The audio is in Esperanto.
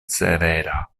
severa